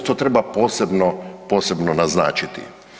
To treba posebno naznačiti.